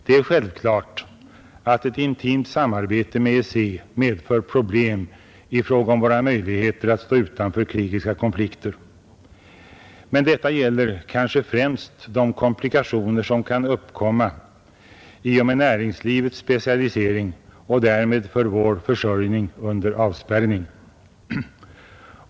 Det är självklart att ett intimt samarbete med EEC medför problem i fråga om våra möjligheter att stå utanför krigiska konflikter. Men detta gäller kanske främst de komplikationer som kan uppkomma genom näringslivets specialisering och därmed för vår försörjning under avspärrning.